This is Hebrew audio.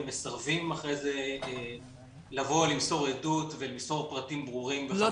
הם מסרבים אחרי זה לבוא למסור עדות ולמסור פרטים ברורים וחד משמעיים.